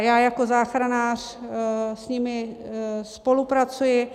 Já jako záchranář s nimi spolupracuji.